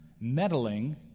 meddling